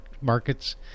markets